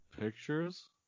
Pictures